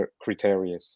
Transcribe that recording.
criteria